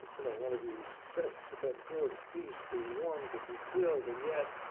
and then one of you says to them, go in peace, be warmed, and be filled, and yet